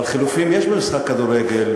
אבל חילופין יש במשחק כדורגל,